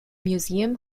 museum